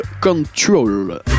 Control